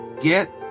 get